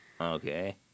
Okay